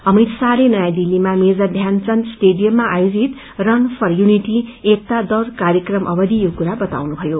अमित शाहले नयाँ दिल्लीया मेजर ध्यानचन्द स्टेडियममा आयोजित रन फर यूनिटी एकता दौड़ कार्यक्रम अवधि यो कुरा बुताउनु भयो